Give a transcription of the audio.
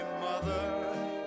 mother